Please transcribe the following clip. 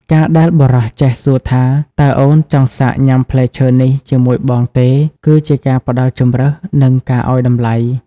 ការដែលបុរសចេះសួរថា "តើអូនចង់សាកញ៉ាំផ្លែឈើនេះជាមួយបងទេ?" គឺជាការផ្ដល់ជម្រើស និងការឱ្យតម្លៃ។